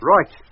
Right